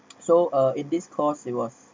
so uh in this course it was